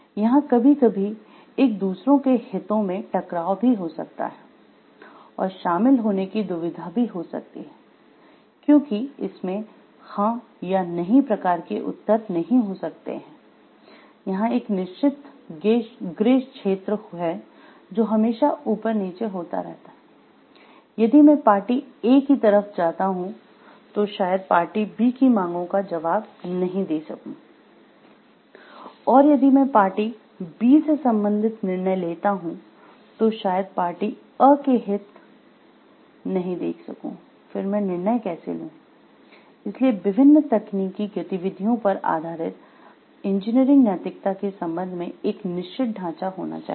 यहाँ कभी कभी एक दूसरे के हितों में टकराव भी हो सकता है और शामिल होने की दुविधा भी हो सकती हैं क्योंकि इसमें हाँ या नहीं प्रकार के उत्तर नहीं हो सकते है यहाँ एक निश्चित ग्रे क्षेत्र होना चाहिए